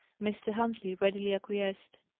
mr. huntley readily acquiesced.